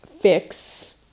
fix